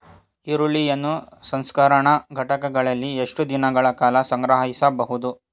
ಈರುಳ್ಳಿಯನ್ನು ಸಂಸ್ಕರಣಾ ಘಟಕಗಳಲ್ಲಿ ಎಷ್ಟು ದಿನಗಳ ಕಾಲ ಸಂಗ್ರಹಿಸಬಹುದು?